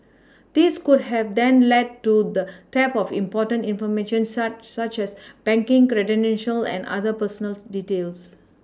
this could have then lead to the theft of important information such such as banking credentials and other personal details